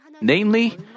Namely